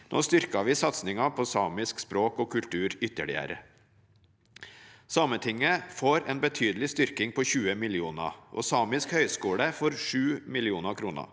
Nå styrker vi satsingen på samisk språk og kultur ytterligere. Sametinget får en betydelig styrking på 20 mill. kr, og Samisk høgskole får 7 mill. kr.